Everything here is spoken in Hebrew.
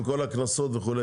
עם כל הקנסות וכו'?